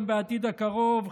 גם בעתיד הקרוב,